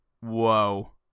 Whoa